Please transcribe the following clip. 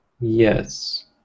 Yes